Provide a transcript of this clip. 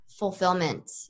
fulfillment